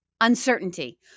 uncertainty